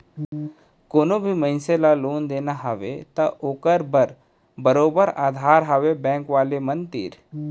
कोनो भी मनसे ल लोन देना हवय त ओखर बर बरोबर अधार हवय बेंक वाले मन तीर